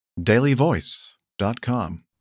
dailyvoice.com